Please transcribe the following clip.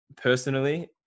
personally